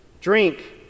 drink